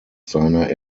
seiner